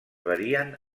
varien